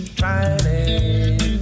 trying